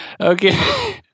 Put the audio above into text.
Okay